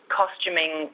costuming